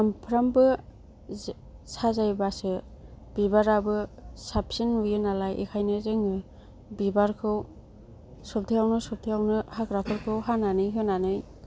सामफ्रामबो साजायबासो बिबाराबो साबसिन नुयो नालाय ओंखायनो जोङो बिबारखौ सबथायावनो सबथायावनो हाग्रा फोरखौ हानानै होनानै